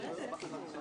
תירגעי בבקשה, מה זה?